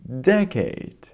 Decade